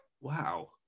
Wow